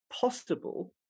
possible